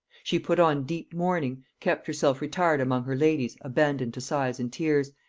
she put on deep mourning, kept herself retired among her ladies abandoned to sighs and tears,